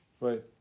Right